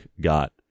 got